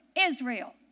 Israel